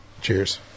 Cheers